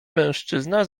mężczyzna